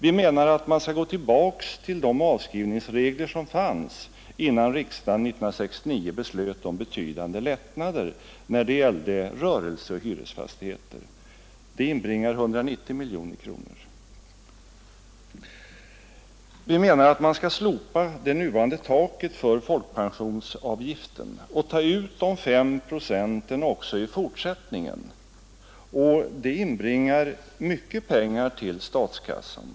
Vi menar också att man skall gå tillbaka till de avskrivningsregler som gällde innan riksdagen 1969 beslöt om betydande lättnader för rörelser och hyresfastigheter. Det inbringar 190 miljoner kronor. Vi menar också att man skall slopa det nuvarande taket för folkpensionsavgiften och i fortsättningen ta ut de 5 procenten över hela linjen. Det inbringar mycket pengar till statskassan.